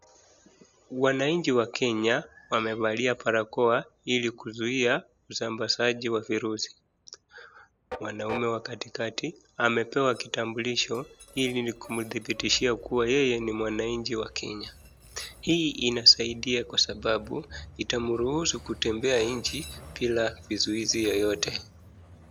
Wananchi wa Kenya wamevalia barakoa ili kuzuia usambazaji wa virusi. Mwanaume wa katikati amepewa kitambulisho ili kumdhibitishia ya kuwa yeye ni mwananchi wa Kenya. Hii inasaidia kwa sababu itamruhusu kutembea nchi bila vizuizi yoyote.